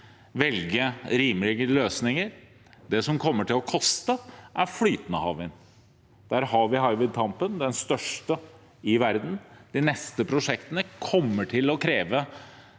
velge rimeligere løsninger. Det som kommer til å koste, er flytende havvind. Der har vi Hywind Tampen, den største flytende vindparken i verden. De neste prosjektene kommer til å kreve